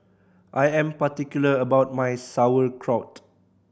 I am particular about my Sauerkraut